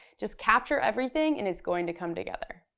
just capture everything, and it's going to come together.